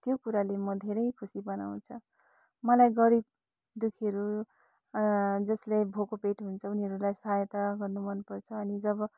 त्यो कुराले म धेरै खुसी बनाउँछ मलाई गरिब दुःखीहरू जसले भोको पेट हुन्छ उनीहरूलाई सहायता गर्न मनपर्छ अनि जब